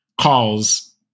calls